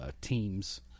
teams